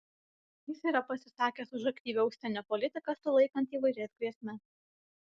jis yra pasisakęs už aktyvią užsienio politiką sulaikant įvairias grėsmes